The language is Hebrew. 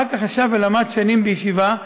ואחר כך ישב ולמד שנים בישיבה,